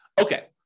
Okay